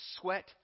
sweat